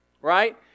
right